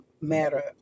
Matter